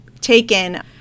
taken